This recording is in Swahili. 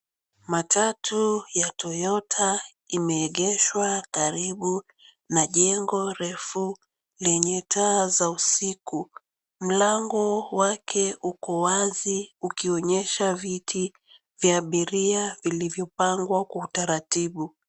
Matatu ya Toyota imeegeshwa karibu na jengo refu lenye taa za usiku, mlango wake uko wazi ukionyesha viti vya abiria vilivyopangwa kwa utaratibu.